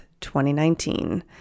2019